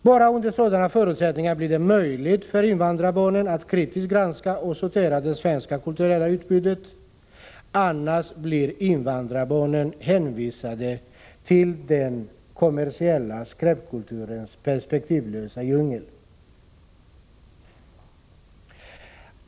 Bara under sådana förutsättningar blir det möjligt för invandrarbarnen att kritiskt granska och sortera det svenska kulturella utbudet; annars blir invandrarbarnen hänvisade till den kommersiella skräpkulturens perspektivlösa djungel.